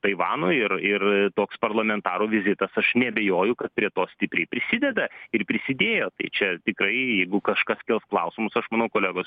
taivano ir ir toks parlamentarų vizitas aš neabejoju kad prie to stipriai prisideda ir prisidėjo tai čia tikrai jeigu kažkas kels klausimus aš mano kolegos